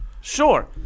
Sure